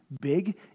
big